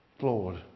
Lord